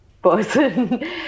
person